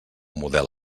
model